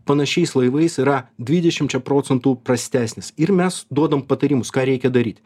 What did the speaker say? panašiais laivais yra dvidešimčia procentų prastesnis ir mes duodam patarimus ką reikia daryt